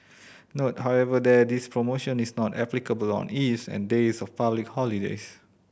note however that this promotion is not applicable on eves and days of public holidays